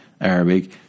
Arabic